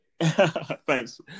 thanks